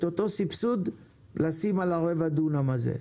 את אותו סבסוד לשים על הרבע דונם הזה.